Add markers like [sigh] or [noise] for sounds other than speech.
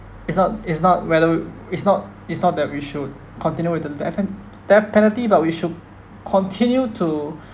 it's not it's not whether it's not it's not that we should continue with the death penalty death penalty but we should continue to [breath]